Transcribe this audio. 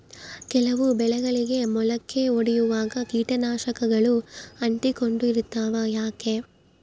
ಕೆಲವು ಬೆಳೆಗಳಿಗೆ ಮೊಳಕೆ ಒಡಿಯುವಾಗ ಕೇಟನಾಶಕಗಳು ಅಂಟಿಕೊಂಡು ಇರ್ತವ ಯಾಕೆ?